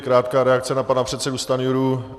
Krátká reakce na pana předsedu Stanjuru.